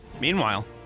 Meanwhile